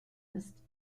ist